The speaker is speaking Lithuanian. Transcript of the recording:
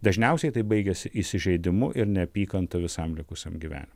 dažniausiai tai baigiasi įsižeidimu ir neapykanta visam likusiam gyve